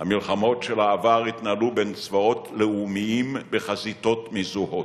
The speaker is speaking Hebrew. המלחמות של העבר התנהלו בין צבאות לאומיים בחזיתות מזוהות.